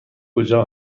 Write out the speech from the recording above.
کجا